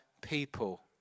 people